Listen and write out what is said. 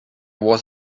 was